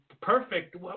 perfect